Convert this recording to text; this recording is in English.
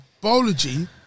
biology